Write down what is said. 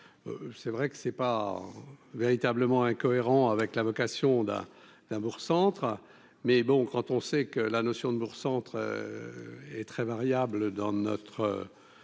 c'est vrai que c'est pas véritablement incohérent avec la vocation d'un d'un bourg centre mais bon, quand on sait que la notion de centre est très variable, dans notre